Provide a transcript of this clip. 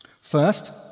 First